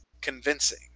convincing